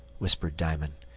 whispered diamond.